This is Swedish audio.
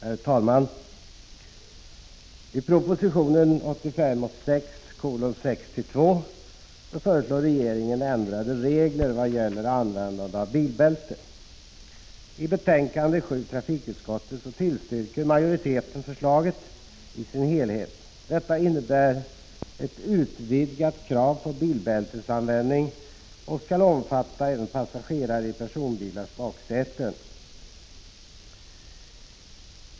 Herr talman! I proposition 1985/86:62 föreslår regeringen ändrade regler vad gäller användande av bilbälte. I betänkandet från trafikutskottet tillstyrker majoriteten förslaget i dess helhet. Förslaget innebär att kravet på bilbältesanvändning utvidgas till att omfatta även passagerare i personbilars baksäten.